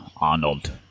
arnold